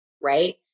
right